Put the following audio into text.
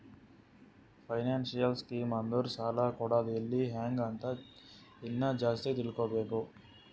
financial scheme ಅಂದುರ್ ಸಾಲ ಕೊಡದ್ ಎಲ್ಲಿ ಹ್ಯಾಂಗ್ ಅಂತ ಇನ್ನಾ ಜಾಸ್ತಿ ತಿಳ್ಕೋಬೇಕು